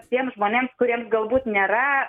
tiems žmonėms kuriems galbūt nėra